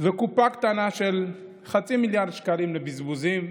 וקופה קטנה של חצי מיליארד שקל לבזבוזים,